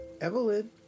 Evelyn